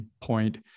point